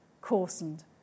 coarsened